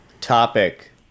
topic